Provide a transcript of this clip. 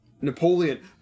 Napoleon